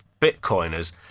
Bitcoiners